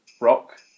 rock